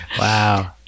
Wow